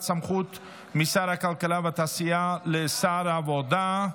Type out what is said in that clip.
סמכות משר הכלכלה והתעשייה לשר העבודה.